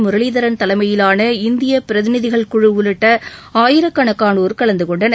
முரளிதரன் தலைமையிலான இந்திய பிரதிநிதிகள் குழு உள்ளிட்ட ஆயிரக்கணக்கானோர் கலந்துகொண்டனர்